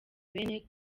bene